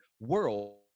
world